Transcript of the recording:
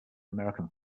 american